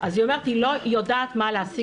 אז היא אומרת שהיא לא יודעת את מי להעסיק.